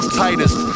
tightest